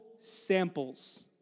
samples